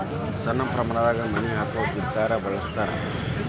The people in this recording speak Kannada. ಸಣ್ಣ ಪ್ರಮಾಣದಾಗ ಮನಿ ಹಾಕುವಾಗ ಬಿದರ ಬಳಸ್ತಾರ